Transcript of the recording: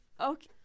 okay